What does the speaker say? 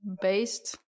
based